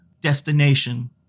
Destination